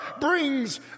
brings